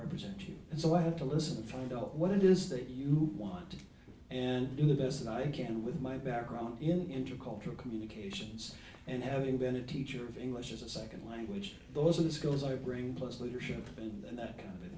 represent you so i have to listen and find out what it is that you want and do the best i can with my background in intercultural communications and having been a teacher of english as a second language those are the skills i bring plus leadership and that kind of